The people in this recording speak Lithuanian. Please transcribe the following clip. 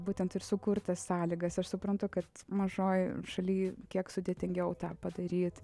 būtent ir sukurt tas sąlygas aš suprantu kad mažoj šaly kiek sudėtingiau tą padaryt